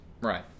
right